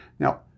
Now